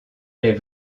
les